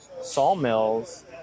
sawmills